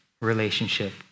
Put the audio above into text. relationship